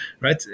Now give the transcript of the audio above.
Right